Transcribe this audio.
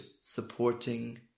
supporting